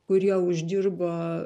kurie uždirba